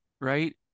right